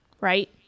right